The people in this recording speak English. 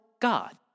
God